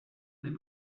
des